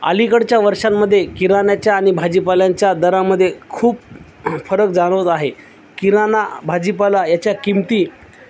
अलीकडच्या वर्षांमध्ये किराण्याच्या आणि भाजीपाल्यांच्या दराांमध्ये खूप फरक जाणवत आहे किराणा भाजीपाला याच्या किंमती